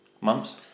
months